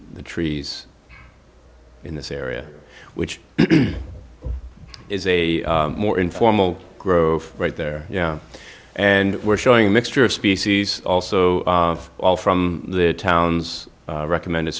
the trees in this area which is a more informal grove right there you know and we're showing a mixture of species also of all from the towns recommended